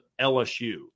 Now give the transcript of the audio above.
LSU